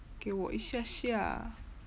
给我一下下